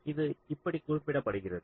இது இப்படி குறிப்பிடப்படுகிறது